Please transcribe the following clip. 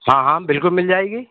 हाँ हाँ बिल्कुल मिल जाएगी